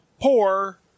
poor